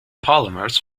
polymers